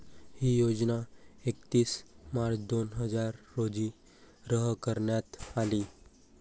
ही योजना एकतीस मार्च दोन हजार रोजी रद्द करण्यात आली